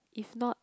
if not